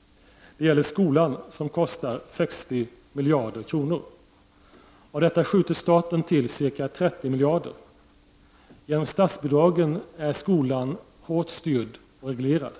— Det gäller skolan, som kostar 60 miljarder kronor. Av detta skjuter staten till ca 30 miljarder. Genom statsbidragen är skolan hårt styrd och reglerad.